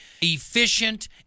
efficient